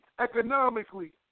economically